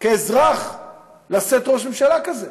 כאזרח לשאת ראש ממשלה כזה,